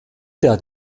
der